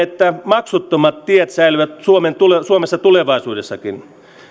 että maksuttomat tiet säilyvät suomessa tulevaisuudessakin